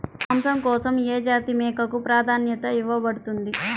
మాంసం కోసం ఏ జాతి మేకకు ప్రాధాన్యత ఇవ్వబడుతుంది?